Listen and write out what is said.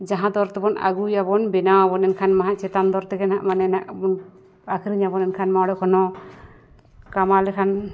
ᱡᱟᱦᱟᱸ ᱫᱚᱨ ᱛᱮᱵᱚᱱ ᱟᱹᱜᱩᱭᱟᱵᱚᱱ ᱵᱮᱱᱟᱣ ᱟᱵᱚᱱ ᱮᱱᱠᱷᱟᱱ ᱚᱱᱟ ᱦᱚᱸ ᱪᱮᱛᱟᱱ ᱫᱚᱨ ᱛᱮᱜᱮ ᱱᱟᱦᱟᱜ ᱢᱟᱱᱮ ᱱᱟᱦᱟᱜ ᱵᱚᱱ ᱟᱹᱷᱨᱤᱧᱟ ᱵᱚᱱ ᱮᱱᱠᱷᱟᱱ ᱱᱚᱰᱮ ᱠᱷᱚᱱ ᱦᱚᱸ ᱠᱟᱢᱟᱣ ᱞᱮᱠᱷᱟᱱ